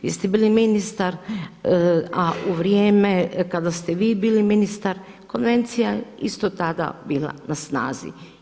Vi ste bili ministar, a u vrijeme kada ste vi bili ministar, konvencija isto tada bila na snazi.